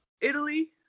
Italy